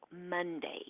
Monday